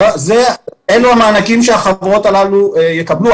אלה המענקים שהחברות הללו יקבלו.